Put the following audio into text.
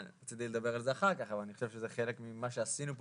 רציתי לדבר על זה אחר כך אבל אני חושב שזה חלק ממה שעשינו פה,